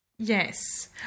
Yes